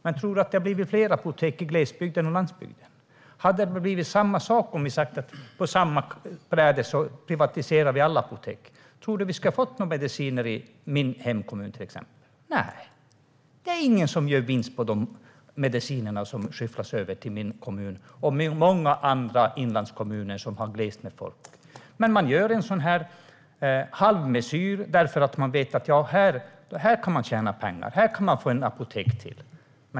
Men tror du att det har blivit fler apotek i glesbygd eller landsbygd? Hade det blivit samma sak om vi hade sagt att vi skulle privatisera alla apotek på en gång? Tror du att vi skulle ha fått några mediciner i till exempel min hemkommun då? Nej, det är ingen som gör vinst på de mediciner som skyfflas över till min kommun eller andra inlandskommuner där det är glest med folk. Man gör en sådan här halvmesyr för att man vet att man kan tjäna pengar när det blir ett apotek till.